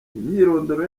imyirondoro